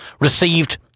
received